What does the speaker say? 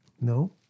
No